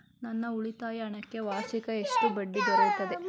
ನನ್ನ ಉಳಿತಾಯ ಹಣಕ್ಕೆ ವಾರ್ಷಿಕ ಎಷ್ಟು ಬಡ್ಡಿ ದೊರೆಯುತ್ತದೆ?